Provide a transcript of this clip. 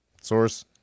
Source